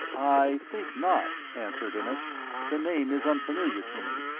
i think not, answered innes the name is unfamiliar to me.